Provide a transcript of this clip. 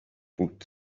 بود